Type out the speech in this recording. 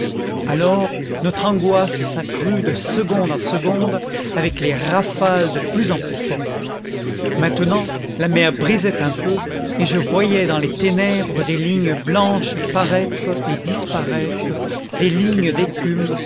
alors notre angoisse s'accrut de seconde en seconde avec les rafales de plus en plus fortes maintenant la mer brisait un peu et je voyais dans les ténèbres des lignes blanches paraître et disparaître des lignes d'écume